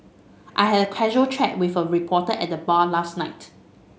I had a casual chat with a reporter at the bar last night